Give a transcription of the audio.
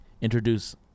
introduce